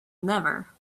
never